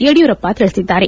ಯಡಿಯೂರಪ್ಪ ತಿಳಿಸಿದ್ದಾರೆ